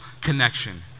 connection